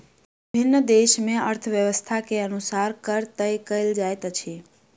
विभिन्न देस मे अर्थव्यवस्था के अनुसार कर तय कयल जाइत अछि